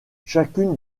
chacune